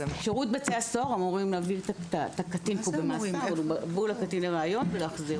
שירות בתי הסוהר אמורים להביא את הקטין שבמאסר למעון לראיון ולהחזיר